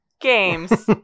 Games